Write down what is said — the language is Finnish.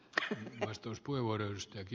arvoisa puhemies